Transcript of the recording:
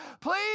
please